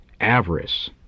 Avarice